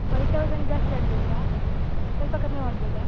five thousand ಜಾಸ್ತಿ ಆಗಲಿಲ್ವ ಸ್ವಲ್ಪ ಕಮ್ಮಿ ಮಾಡ್ಬೋದಾ